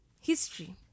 history